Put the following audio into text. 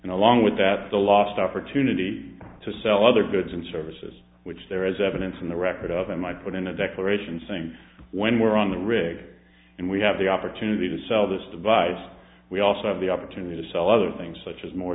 and along with that the lost opportunity to sell other goods and services which there is evidence in the record of i might put in a declaration saying when we're on the rig and we have the opportunity to sell this divides we also have the opportunity to sell other things such as more